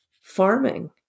farming